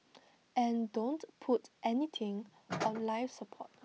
and don't put anything on life support